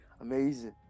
Amazing